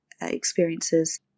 experiences